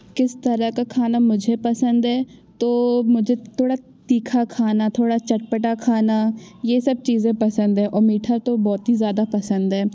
किस तरह का खाना मुझे पसंद है तो मुझे थोड़ा तीखा खाना थोड़ा चटपटा खाना यह सब चीज़ें पसंद है और मीठा तो बहुत ही ज़्यादा पसंद है